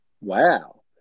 Wow